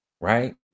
right